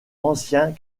ancien